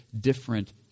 different